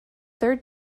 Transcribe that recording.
third